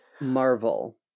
Marvel